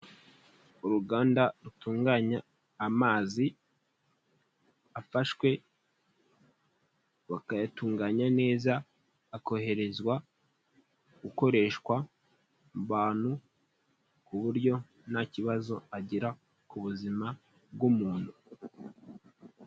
Uruganda rutunganya amazi afashwe bakayatunganya neza akoherezwa gukoreshwa mu bantu ku buryo nta kibazo agira ku buzima bw'umuntu.